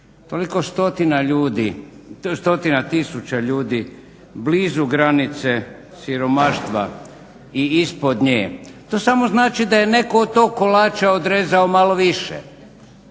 toliko stotina ljudi, stotina tisuća ljudi blizu granice siromaštva i ispod nje to samo znači da je neko od tog kolača odrezao malo više.